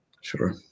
sure